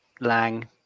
lang